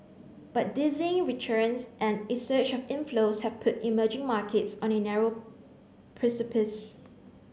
but dizzying returns and it surge of inflows have put emerging markets on a narrow precipice